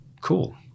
cool